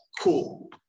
cool